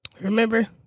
Remember